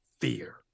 fear